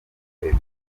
ebyiri